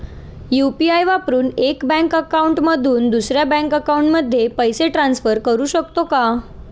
UPI वापरून एका bank account मधून दुसऱ्या बँक अकाउंटमध्ये पैसे ट्रान्सफर करू शकतो का?